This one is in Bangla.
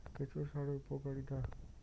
কেঁচো সারের উপকারিতা?